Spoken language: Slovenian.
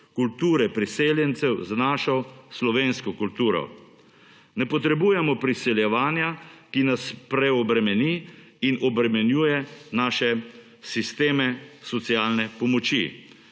kulture prisiljencev z našo slovensko kulturo. Ne potrebujemo priseljevanja, ki nas preobremeni in obremenjuje naše sisteme socialne pomoči.